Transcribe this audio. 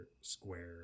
square